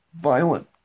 violent